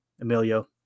Emilio